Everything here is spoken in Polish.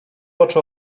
oczy